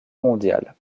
mondiale